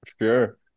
Sure